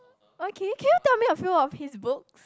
okay can you tell me a few of his books